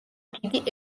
დიდი